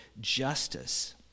justice